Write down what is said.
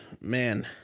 man